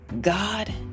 God